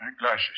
glasses